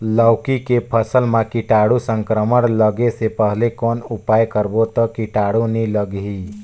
लौकी के फसल मां कीटाणु संक्रमण लगे से पहले कौन उपाय करबो ता कीटाणु नी लगही?